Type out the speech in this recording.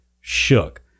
shook